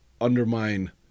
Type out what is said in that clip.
undermine